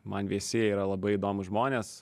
man visi yra labai įdomūs žmonės